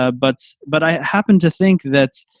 ah but but i happen to think that